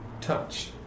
touch